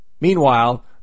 Meanwhile